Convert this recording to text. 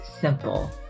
simple